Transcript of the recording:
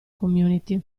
community